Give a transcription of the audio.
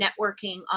networking